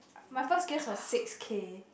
my first guess was six K